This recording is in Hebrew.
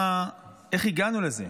איך הגענו לזה.